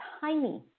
tiny